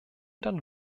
dann